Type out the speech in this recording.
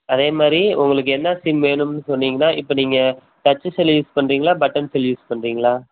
அதே மாதிரி உங்களுக்கு என்ன சிம் வேணும்னு சொன்னீங்கன்னால் இப்போ நீங்கள் டச்சு செல்லு யூஸ் பண்ணுறீங்களா பட்டன் செல்லு யூஸ் பண்ணுறீங்களா